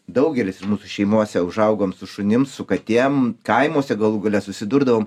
daugelis mūsų šeimose užaugom su šunim su katėm kaimuose galų gale susidurdavom